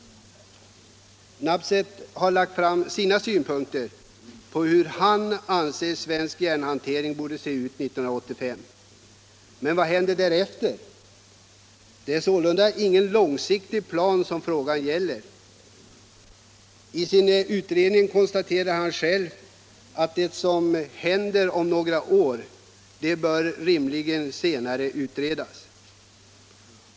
Professor Nabseth har lagt fram sina synpunkter på hur han anser att svensk järnhantering borde se ut 1985. Men vad händer därefter? Det är ingen långsiktig plan som det gäller. I sin utredning konstaterar han själv att det som händer om några år rimligen bör tas upp till vidare utredning.